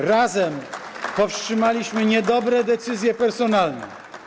Razem powstrzymaliśmy niedobre decyzje personalne.